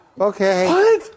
Okay